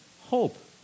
hope